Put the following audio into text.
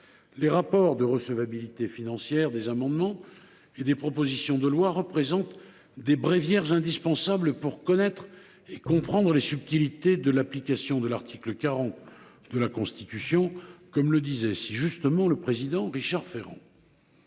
les rapports de recevabilité financière des amendements et des propositions de loi représentent des « bréviaire[s] indispensable[s] pour connaître et comprendre les subtilités de l’application de l’article 40 de la Constitution », comme le relevait le président de